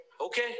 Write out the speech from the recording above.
Okay